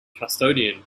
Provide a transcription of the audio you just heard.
custodian